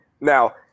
Now